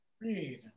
Breathe